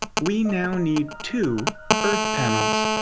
we now need two earth panels.